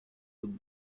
book